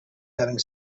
having